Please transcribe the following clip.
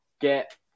get